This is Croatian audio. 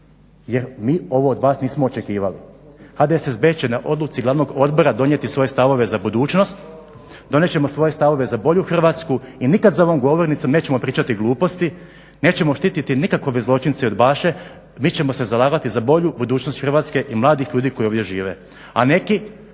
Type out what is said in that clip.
jer mi ovo od vas nismo očekivali. HDSSB će na odluci Glavnog odbora donijeti svoje stavove za budućnost, donest ćemo svoje stavove za bolju Hrvatsku i nikad za ovom govornicom nećemo pričati gluposti, nećemo štititi nikakove zločince i udbaše. Mi ćemo se zalagati za bolju budućnost Hrvatske i mladih ljudi koji ovdje žive.